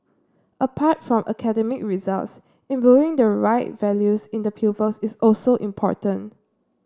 apart from academic results imbuing the right values in the pupils is also important